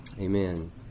Amen